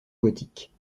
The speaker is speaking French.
gothique